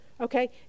okay